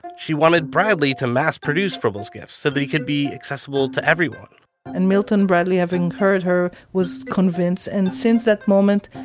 she wanted bradley to mass-produce froebel's gifts so that it could be accessible to everyone and milton bradley having heard her, was convinced and since that moment,